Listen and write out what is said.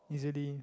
easily